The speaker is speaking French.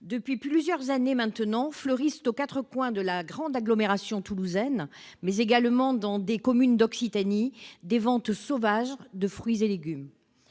Depuis plusieurs années maintenant fleurissent aux quatre coins de la grande agglomération toulousaine, mais également dans d'autres communes d'Occitanie, des ventes sauvages de fruits et légumes.